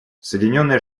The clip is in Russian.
соединенные